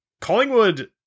Collingwood